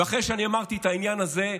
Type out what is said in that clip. ואחרי שאני אמרתי את העניין הזה,